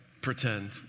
pretend